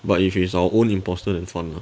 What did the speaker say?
but if it's our own imposter then fun lah